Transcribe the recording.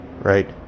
Right